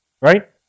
right